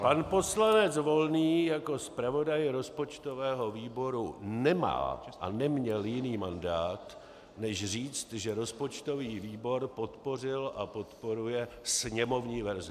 Pan poslanec Volný jako zpravodaj rozpočtového výboru nemá a neměl jiný mandát než říct, že rozpočtový výbor podpořil a podporuje sněmovní verzi.